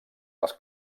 les